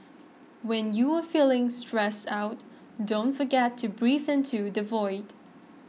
when you are feeling stressed out don't forget to breathe into the void